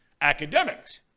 academics